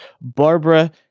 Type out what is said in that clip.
Barbara